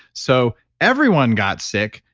so everyone got sick,